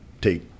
take